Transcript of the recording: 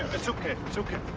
it's ok. it's ok.